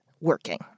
working